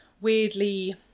weirdly